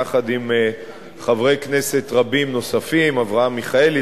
יחד עם חברי כנסת רבים נוספים: אברהם מיכאלי,